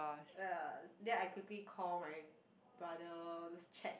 ya then I quickly call my brother to check